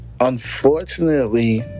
Unfortunately